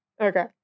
Okay